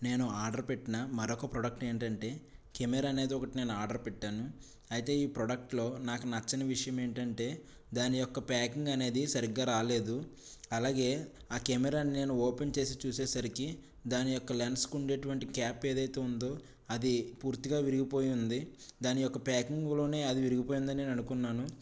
నేను ఆర్డర్ పెట్టిన మరొక ప్రోడక్ట్ ఏంటంటే కెమెరా అనేది ఒకటి నేను ఆర్డర్ పెట్టాను అయితే ఈ ప్రోడక్ట్ లో నాకు నచ్చని విషయం ఏంటంటే దాని యొక్క ప్యాకింగ్ అనేది సరిగ్గా రాలేదు అలాగే ఆ కెమెరా ని నేను ఓపెన్ చేసి చూసేసరికి దాని యొక్క లెన్స్ కు ఉండేటువంటి క్యాప్ ఏదైతే ఉందో అది పూర్తిగా విరిగిపోయి ఉంది దాని యొక్క ప్యాకింగ్ లోనే అది విరిగిపోయింది అని నేను అనుకున్నాను